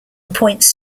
appoints